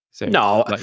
No